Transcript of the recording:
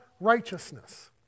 righteousness